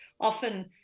often